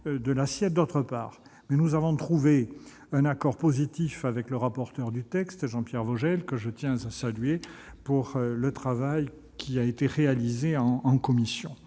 de l'assiette, d'autre part ; mais nous avons trouvé un accord positif avec le rapporteur du texte, Jean Pierre Vogel, que je tiens à saluer pour le travail accompli en commission.